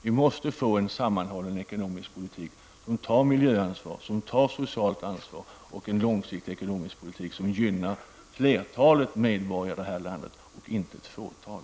Vi måste få en sammanhållen ekonomisk politik, som tar miljöansvar och socialt ansvar, och en långsiktig ekonomisk politik som gynnar flertalet medborgare i det här landet och inte bara ett fåtal.